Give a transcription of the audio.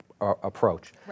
approach